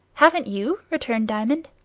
haven't you? returned diamond.